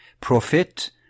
profit